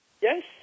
Yes